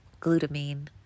glutamine